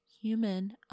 human